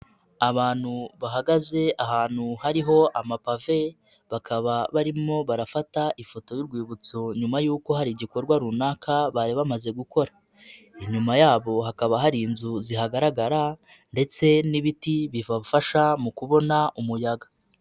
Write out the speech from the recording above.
Abantu bahagaze ahantu hari amapave bakaba barimo barafata ifoto y'urwibutso nyuma y'uko hari igikorwa runaka bari bamaze gukora, inyuma yabo hakaba hari inzu zihagaragara ndetse n'ibiti bibafasha mu kubona umuyaga.